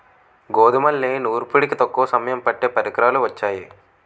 గోధుమల్ని నూర్పిడికి తక్కువ సమయం పట్టే పరికరాలు వొచ్చాయి